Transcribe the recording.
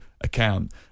account